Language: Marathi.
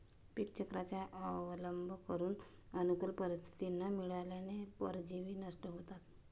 पीकचक्राचा अवलंब करून अनुकूल परिस्थिती न मिळाल्याने परजीवी नष्ट होतात